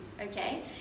okay